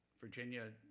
Virginia